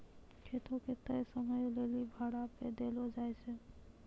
खेतो के तय समयो लेली भाड़ा पे देलो जाय छै